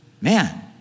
Man